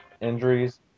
injuries